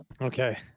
okay